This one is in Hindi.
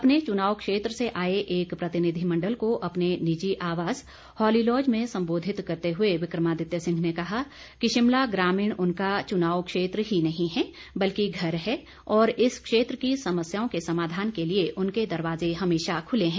अपने चुनाव क्षेत्र से आए एक प्रतिनिधिमंडल को अपने निजी आवास हॉली लॉज में संबोधित करते हुए विक्रमादित्य सिंह ने कहा कि शिमला ग्रामीण उनका चुनाव क्षेत्र ही नहीं है बल्कि घर है और इस क्षेत्र की समस्याओं के समाधान के लिए उनके दरवाजे हमेशा खुले हैं